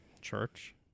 Church